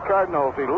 Cardinals